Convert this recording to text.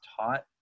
taught